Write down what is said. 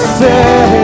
say